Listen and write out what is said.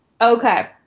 okay